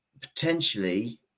potentially